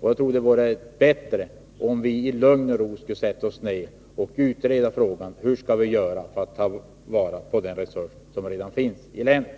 Jag tror att det vore bättre om vi i lugn och ro satte oss ner för att utreda frågan hur vi skall ta vara på den resurs som redan finns i länet.